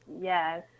Yes